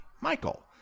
Michael